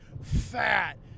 fat